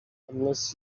unless